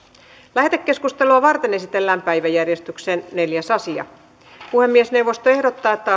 lähetekeskustelua varten esitellään päiväjärjestyksen neljäs asia puhemiesneuvosto ehdottaa että